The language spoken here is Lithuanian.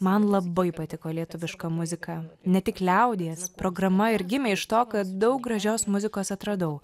man labai patiko lietuviška muzika ne tik liaudies programa ir gimė iš to kad daug gražios muzikos atradau